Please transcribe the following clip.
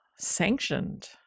sanctioned